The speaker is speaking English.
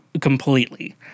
completely